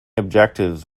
objectives